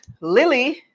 Lily